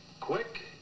quick